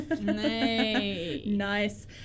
Nice